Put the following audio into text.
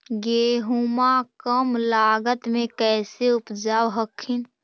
गेहुमा कम लागत मे कैसे उपजाब हखिन?